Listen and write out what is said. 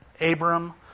Abram